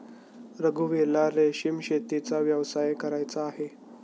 रघुवीरला रेशीम शेतीचा व्यवसाय करायचा आहे